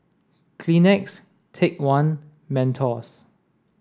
Kleenex Take One Mentos